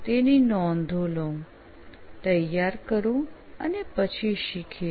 તેને નોંધી લઉં નોંધો તૈયાર કરું અને પછી શીખીશ